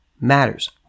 matters